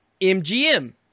MGM